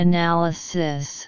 Analysis